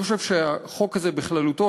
אני חושב שהחוק הזה בכללותו,